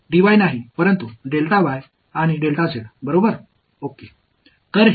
மிகவும் செய்ய தூண்டும் விஷயம் என்னவென்றால் ஆல் பெருக்க மற்றும் வகுக்க வேண்டும்